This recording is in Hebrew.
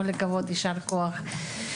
כל הכבוד וישר כוח.